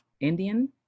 Indian